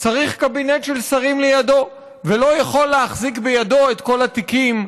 צריך קבינט של שרים לידו ולא יכול להחזיק בידו את כל התיקים,